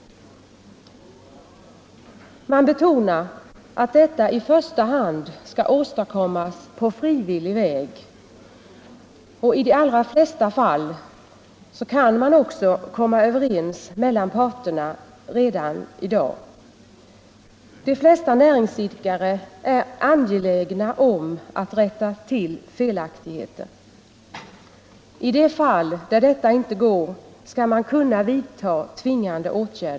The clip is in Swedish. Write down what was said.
Man betonar att detta i första hand skall åstadkommas på frivillig väg. I de allra flesta fall kan parterna också komma överens redan i dag; de flesta näringsidkare är angelägna att rätta till felaktigheter. I de fall där det inte går att komma överens skall man kunna vidta tvingande åtgärder.